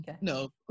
no